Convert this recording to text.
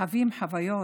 חווים חוויות,